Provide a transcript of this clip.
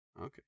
Okay